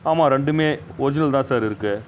ஆமாம் ரெண்டுமே ஒரிஜினல் தான் சார் இருக்குது